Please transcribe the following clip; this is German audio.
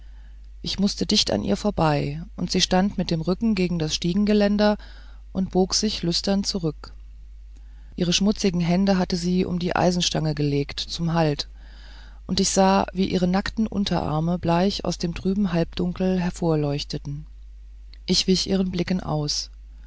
ich mußte dicht an ihr vorbei und sie stand mit dem rücken gegen das stiegengeländer und bog sich lüstern zurück ihre schmutzigen hände hatte sie um die eisenstange gelegt zum halt und ich sah wie ihre nackten unterarme bleich aus dem trüben halbdunkel hervorleuchteten ich wich ihren blicken aus